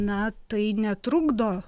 na tai netrukdo